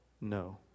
no